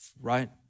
right